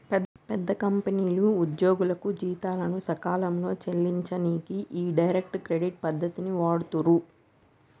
పెద్ద కంపెనీలు ఉద్యోగులకు జీతాలను సకాలంలో చెల్లించనీకి ఈ డైరెక్ట్ క్రెడిట్ పద్ధతిని వాడుతుర్రు